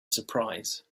surprise